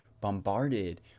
bombarded